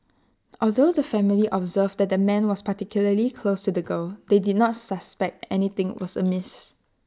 although the family observed that the man was particularly close the girl they did not suspect anything was amiss